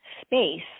space